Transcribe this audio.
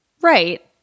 Right